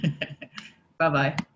Bye-bye